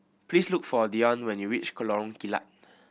please look for Deion when you reach Lorong Kilat